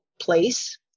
place